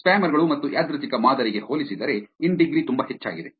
spammer ಗಳು ಮತ್ತು ಯಾದೃಚ್ಛಿಕ ಮಾದರಿಗೆ ಹೋಲಿಸಿದರೆ ಇನ್ ಡಿಗ್ರಿ ತುಂಬಾ ಹೆಚ್ಚಾಗಿದೆ